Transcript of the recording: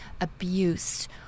abuse